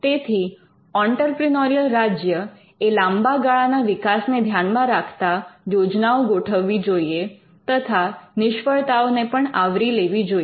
તેથી ઑંટરપ્રિનોરિયલ રાજ્ય એ લાંબા ગાળાના વિકાસને ધ્યાનમાં રાખતા યોજનાઓ ગોઠવવી જોઈએ તથા નિષ્ફળતાઓને પણ આવરી લેવી જોઈએ